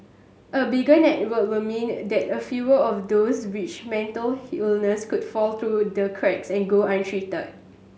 a bigger network will mean that a fewer of those which mental illness could fall through the cracks and go untreated